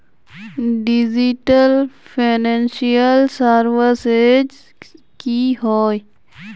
Digital financial services की होय?